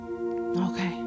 Okay